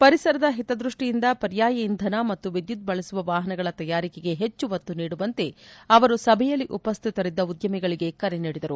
ಪರಿಸರದ ಹಿತದ್ಬಷ್ಷಿಯಿಂದ ಪರ್ಯಾಯ ಇಂಧನ ಮತ್ತು ವಿದ್ಯುತ್ ಬಳಸುವ ವಾಹನಗಳ ತಯಾರಿಕೆಗೆ ಹೆಚ್ಚು ಒತ್ತು ನೀಡುವಂತೆ ಅವರು ಸಭೆಯಲ್ಲಿ ಉಪಸ್ಥಿತರಿದ್ದ ಉದ್ಯಮಿಗಳಿಗೆ ಕರೆ ನೀಡಿದರು